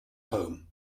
home